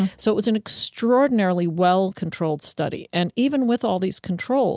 so it was an extraordinarily well-controlled study. and even with all these controls